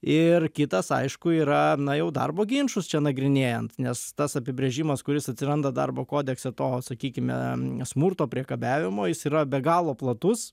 ir kitas aišku yra na jau darbo ginčus čia nagrinėjant nes tas apibrėžimas kuris atsiranda darbo kodekse to sakykime smurto priekabiavimo jis yra be galo platus